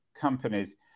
companies